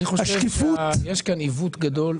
השקיפות --- אני חושב שיש כאן עיוות גדול.